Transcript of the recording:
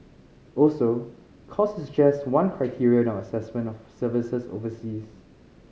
also cost is just one criteria in our assessment of services overseas